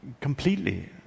Completely